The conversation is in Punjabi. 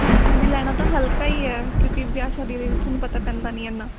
ਹਾਂਜੀ ਹਾਂਜੀ ਲੈਣਾ ਤਾਂ ਹਲਕਾ ਹੀ ਹੈ ਕਿਉਂਕਿ ਵਿਆਹ ਸ਼ਾਦੀ ਦੇ ਵਿੱਚ ਤੁਹਾਨੂੰ ਪਤਾ ਪੈਂਦਾ ਨਹੀਂ ਐਨਾ